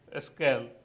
scale